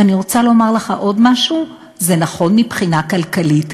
ואני רוצה לומר לך עוד משהו: זה נכון מבחינה כלכלית,